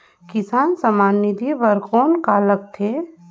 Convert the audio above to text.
किसान सम्मान निधि बर कौन का लगथे?